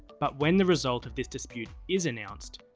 but when the result of this dispute is announced,